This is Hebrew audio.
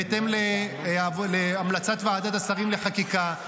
בהתאם להמלצת ועדת השרים לחקיקה,